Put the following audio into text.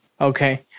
Okay